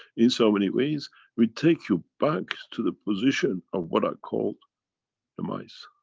in so many ways we take you back to the position of what i call the mice.